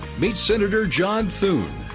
meet senator john thune.